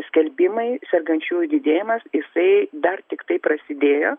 skelbimai sergančiųjų didėjimas jisai dar tiktai prasidėjo